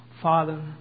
Father